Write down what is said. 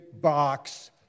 box